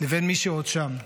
לבין מי שעוד שם.